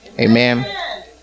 Amen